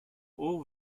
all